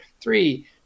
three